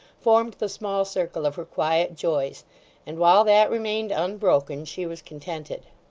formed the small circle of her quiet joys and while that remained unbroken, she was contented.